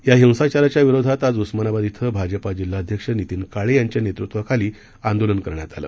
या हिंसाचाराच्या विरोधात आज उस्मानाबाद इथं भाजपा जिल्हाध्यक्ष नितीन काळे यांच्या नेतृत्वाखाली आंदोलन करण्यात आलं